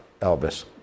Elvis